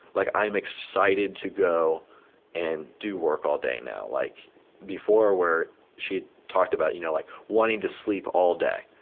like i am excited to go and do work all day now like before where she talked about you know like wanting to sleep all day.